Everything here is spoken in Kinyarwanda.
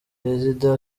perezida